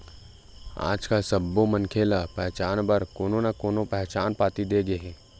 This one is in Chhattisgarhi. आजकाल सब्बो मनखे ल पहचान बर कोनो न कोनो पहचान पाती दे गे हे